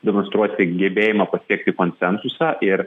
demonstruoti gebėjimą pasiekti konsensusą ir